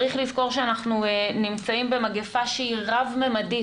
צריך לזכור שאנחנו נמצאים במגפה שהיא רב-ממדית,